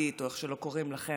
העתידית או איך שלא קוראים לכם,